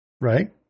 Right